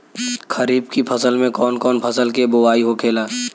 खरीफ की फसल में कौन कौन फसल के बोवाई होखेला?